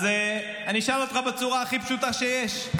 אז אני אשאל אותך בצורה הכי פשוטה שיש: